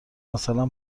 مثلا